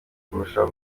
kurushaho